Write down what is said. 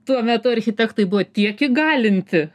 tuo metu architektai buvo tiek įgalinti